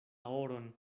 oron